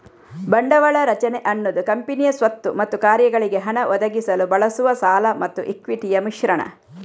ಬಂಡವಾಳ ರಚನೆ ಅನ್ನುದು ಕಂಪನಿಯ ಸ್ವತ್ತು ಮತ್ತು ಕಾರ್ಯಗಳಿಗೆ ಹಣ ಒದಗಿಸಲು ಬಳಸುವ ಸಾಲ ಮತ್ತು ಇಕ್ವಿಟಿಯ ಮಿಶ್ರಣ